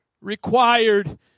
required